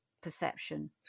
perception